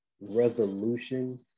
resolution